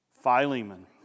Philemon